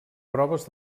proves